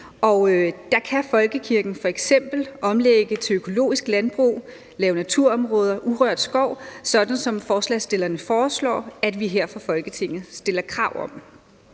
der kan folkekirken f.eks. omlægge til økologisk landbrug, lave naturområder og urørt skov, sådan som forslagsstillerne foreslår at vi her fra Folketinget stiller krav om.